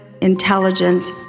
intelligence